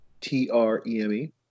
T-R-E-M-E